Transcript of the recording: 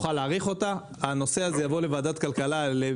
תוכל להאריך והנושא הזה יבוא לכלכלת הפיקוח.